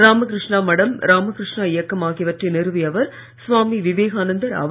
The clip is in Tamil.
ராமகிருஷ்ணா மடம் ராமகிருஷ்ணா இயக்கம் ஆகியவற்றை நிறுவியர் சுவாமி விவேகானந்தர் ஆவர்